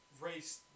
Race